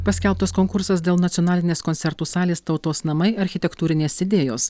paskelbtas konkursas dėl nacionalinės koncertų salės tautos namai architektūrinės idėjos